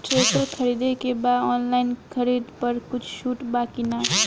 Thresher खरीदे के बा ऑनलाइन खरीद पर कुछ छूट बा कि न?